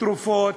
תרופות,